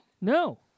No